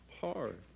hard